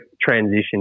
transition